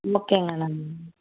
ஓகேங்க நன்றி